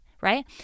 right